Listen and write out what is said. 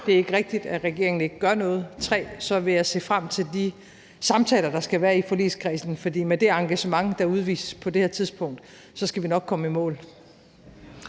det er ikke rigtigt, at regeringen ikke gør noget, og 3) så vil jeg se frem til de samtaler, der skal være i forligskredsen, for med det engagement, der udvises på det her tidspunkt, skal vi nok komme i mål.